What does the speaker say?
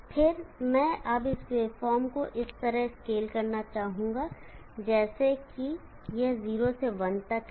फिर मैं अब इस वेवफॉर्म को इस तरह स्केल करना चाहूंगा जैसे कि यह 0 से 1 तक है